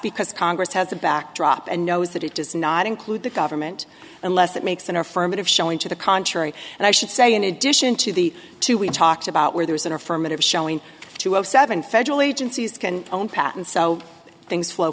because congress has the backdrop and knows that it does not include the government unless it makes an affirmative showing to the contrary and i should say in addition to the two we talked about where there is an affirmative showing to have seven federal agencies can own patents so things flow